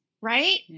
Right